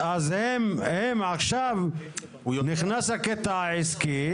אז נכנס הקטע העסקי.